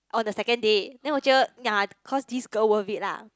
on the second day then 我觉得 ya cause this girl worth it lah